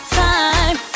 time